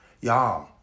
y'all